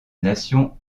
nation